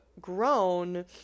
grown